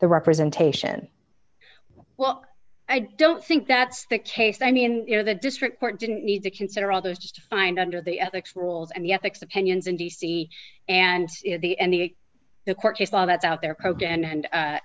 the representation well i don't think that's the case i mean you know the district court didn't need to consider all those just find under the ethics rules and the ethics opinions in d c and the and the the court case law that's out there